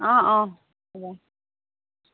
অঁ অঁ হ'ব